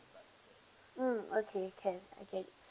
mm okay can I can